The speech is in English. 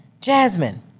Jasmine